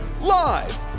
Live